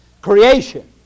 creation